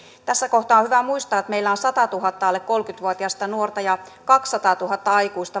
tässä kohtaa on hyvä muistaa että meillä on sadalletuhannelle alle kolmekymmentä vuotiasta nuorta ja kaksisataatuhatta aikuista